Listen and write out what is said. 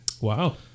wow